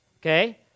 okay